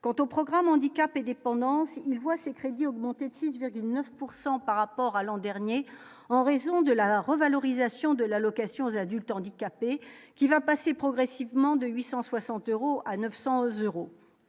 quant au programme Handicap et dépendance, il voit ses crédits augmenter de 6,9 pourcent par rapport à l'an dernier en raison de la revalorisation de l'allocation aux adultes handicapés, qui va passer progressivement de 860 euros à 900 euros,